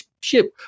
ship